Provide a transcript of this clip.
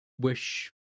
wish